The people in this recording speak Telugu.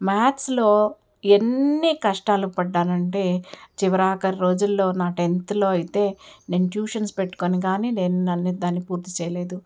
మ్యాథ్స్లో ఎన్ని కష్టాలు పడ్డాను అంటే చివరి ఆఖరి రోజుల్లో నా టెన్త్లో అయితే నేను ట్యూషన్స్ పెట్టుకొని కానీ నేను దాన్ని పూర్తి చేయలేదు